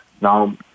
Now